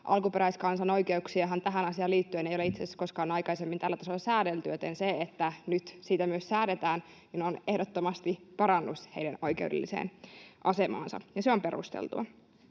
alkuperäiskansan oikeuksiahan tähän asiaan liittyen ei ole itse asiassa koskaan aikaisemmin tällä tasolla säädelty. Joten se, että nyt myös siitä säädetään, on ehdottomasti parannus heidän oikeudelliseen asemaansa, ja se on perusteltua.